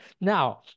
Now